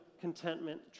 contentment